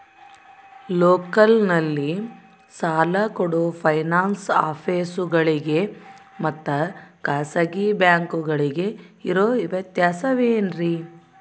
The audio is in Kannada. ಲೋಕಲ್ನಲ್ಲಿ ಸಾಲ ಕೊಡೋ ಫೈನಾನ್ಸ್ ಆಫೇಸುಗಳಿಗೆ ಮತ್ತಾ ಖಾಸಗಿ ಬ್ಯಾಂಕುಗಳಿಗೆ ಇರೋ ವ್ಯತ್ಯಾಸವೇನ್ರಿ?